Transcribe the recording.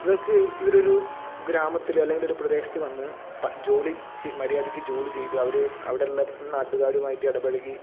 ഇവർക്ക് ഇവരൊരു ഗ്രാമത്തില് അല്ലങ്കില് ഒരു പ്രദേശത്ത് വന്ന് പ ജോലി ചെയ് മര്യാദക്ക് ജോലി ചെയ്ത് അവര് അവിടുള്ള നാട്ടുകാരുമായിട്ട് ഇടപഴകി